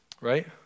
right